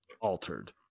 altered